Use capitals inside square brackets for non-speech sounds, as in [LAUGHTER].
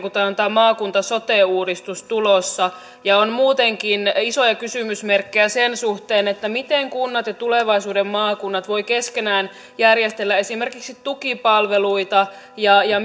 [UNINTELLIGIBLE] kun tämä maakunta sote uudistus on tulossa ja muutenkin on isoja kysymysmerkkejä sen suhteen miten kunnat ja tulevaisuuden maakunnat voivat keskenään järjestellä esimerkiksi tukipalveluita ja ja [UNINTELLIGIBLE]